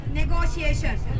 negotiations